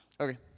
Okay